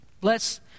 Bless